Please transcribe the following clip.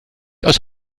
aus